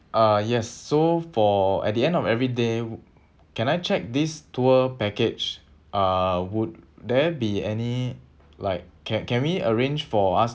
uh yes so for at the end of every day can I check this tour package uh would there be any like can can we arrange for us